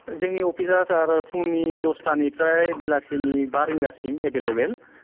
जोंनि अफिसया सार फुंनि दसथानिफ्राय बेलासिनि बा रिंगासिम एभेलेबेल